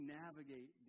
navigate